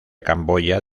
camboya